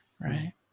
right